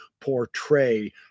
portray